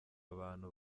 abantu